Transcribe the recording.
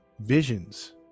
visions